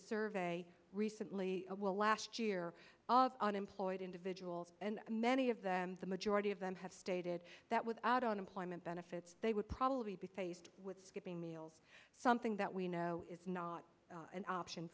survey recently well last year of unemployed individuals and many of them the majority of them have stated that without unemployment benefits they would probably be faced with skipping meals something that we know is not an option